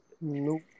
Nope